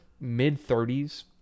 mid-30s